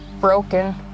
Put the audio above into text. broken